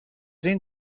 این